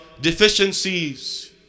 deficiencies